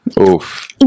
Oof